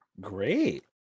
Great